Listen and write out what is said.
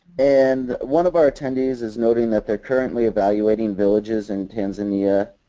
and one of our attendees is noting that they are currently evaluating villages in tanzania